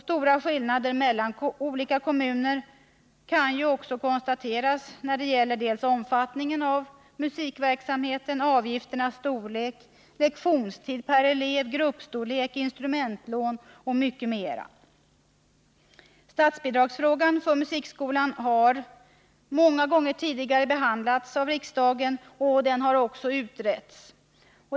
Stora skillnader mellan olika kommuner kan ju också konstateras när det gäller omfattningen av musikverksamheten, avgifternas storlek, lektionstid per elev, gruppstorlek, instrumentlån osv. Frågan om statsbidrag för musikskolan har många gånger tidigare behandlats av riksdagen och har också utretts.